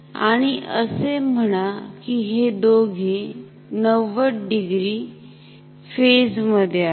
आणि असे म्हणा कि हे दोघे 90 डिग्री फेज मध्ये आहेत